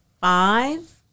five